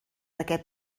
aquest